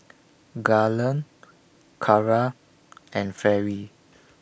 Garland Carra and Ferris